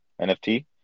NFT